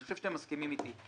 אני חושב שאתם מסכימים איתי.